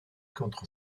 contre